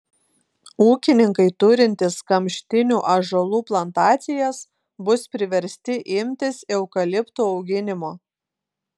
ūkininkai turintys kamštinių ąžuolų plantacijas bus priversti imtis eukaliptų auginimo